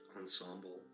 ensemble